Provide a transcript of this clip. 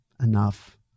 enough